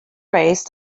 race